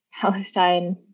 Palestine